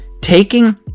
taking